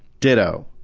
ditto!